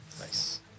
Nice